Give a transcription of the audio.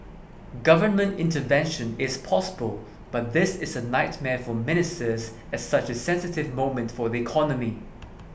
government intervention is possible but this is a nightmare for ministers at such a sensitive moment for the economy